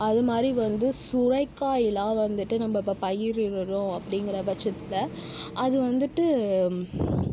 அதுமாதிரி வந்து சுரைக்காயெலாம் வந்துட்டு நம்ம இப்ப பயிரிடணும் அப்படீங்குற பட்சத்தில் அது வந்துட்டு